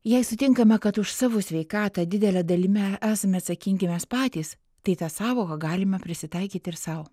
jei sutinkame kad už savo sveikatą didele dalimi esame atsakingi mes patys tai tą sąvoką galima prisitaikyt ir sau